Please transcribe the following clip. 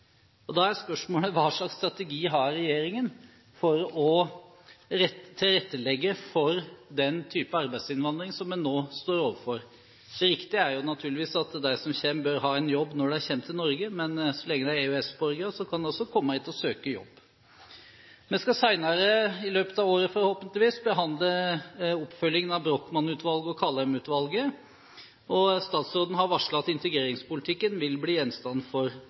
Da er spørsmålet: Hva slags strategi har regjeringen for å tilrettelegge for den type arbeidsinnvandring som en nå står overfor? Det riktige er naturligvis at de som kommer, har en jobb når de kommer til Norge, men så lenge de er EØS-borgere, kan de også komme hit og søke jobb. Vi skal senere – i løpet av året, forhåpentligvis – behandle oppfølgingen av Brochmann-utvalget og Kaldheim-utvalget, og statsråden har varslet at integreringspolitikken vil bli gjenstand for